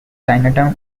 chinatown